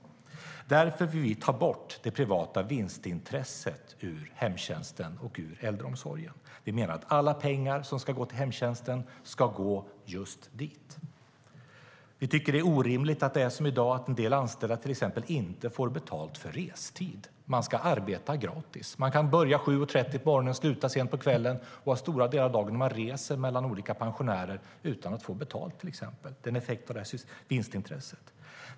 Därför vill vi ta bort det privata vinstintresset ur hemtjänsten och ur äldreomsorgen. Vi menar att alla pengar som ska gå till hemtjänsten ska gå just dit. Vi tycker att det är orimligt att det är som i dag, då en del anställda till exempel inte får betalt för restid. Man ska arbeta gratis. Man kan börja kl. 07.30 på morgonen och sluta sent på kvällen, och stora delar dagen reser man mellan olika pensionärer - utan att få betalt. Det är en effekt av vinstintresset.